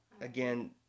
Again